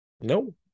No